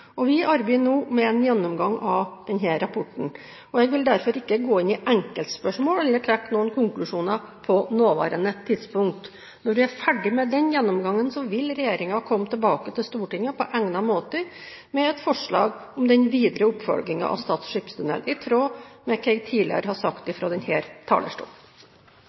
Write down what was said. Vi arbeider nå med en gjennomgang av denne rapporten. Jeg vil derfor ikke gå inn i enkeltspørsmål eller trekke noen konklusjoner på det nåværende tidspunkt. Når vi er ferdige med denne gjennomgangen, vil regjeringen komme tilbake til Stortinget på egnet måte med et forslag om den videre oppfølging av Stad skipstunnel, i tråd med hva jeg tidligere har sagt fra denne talerstol. I